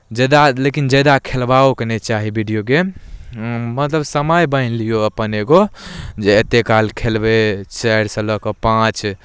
जादा लेकिन जादा खेलबोके नहि चाही वीडिओ गेम मतलब समय बान्हि लिऔ अपन एगो जे एतेक काल खेलबै चारिसँ लऽ कऽ पाँच